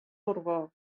borbó